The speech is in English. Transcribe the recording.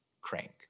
crank